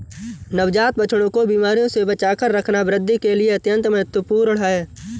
नवजात बछड़ों को बीमारियों से बचाकर रखना वृद्धि के लिए अत्यंत महत्वपूर्ण है